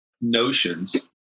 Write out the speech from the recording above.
notions